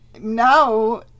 Now